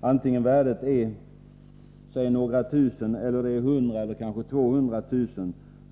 Vare sig värdet är 10 000 kr., 100 000 kr. eller kanske 200 000